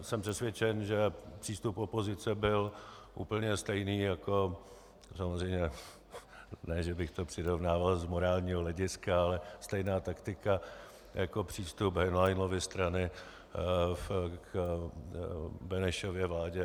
Jsem přesvědčen, že přístup opozice byl úplně stejný jako samozřejmě ne že bych to přirovnával z morálního hlediska, ale stejná taktika jako přístup Henleinovy strany k Benešově vládě.